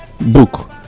book